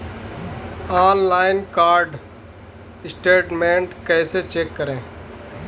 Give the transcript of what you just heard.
Online card statement कैसे check करें?